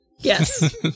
Yes